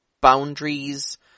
boundaries